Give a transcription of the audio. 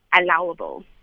allowable